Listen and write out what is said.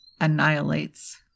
annihilates